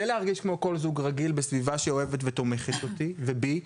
להרגיש כמו כל זוג רגיל בסביבה שאוהבת אותי ותומכת בי.